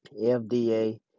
FDA